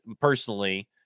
personally